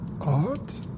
Art